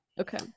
okay